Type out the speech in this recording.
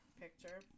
picture